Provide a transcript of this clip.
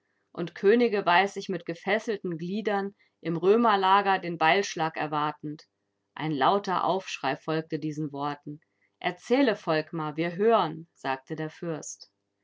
und könige weiß ich mit gefesselten gliedern im römerlager den beilschlag erwartend ein lauter aufschrei folgte diesen worten erzähle volkmar wir hören sagte der fürst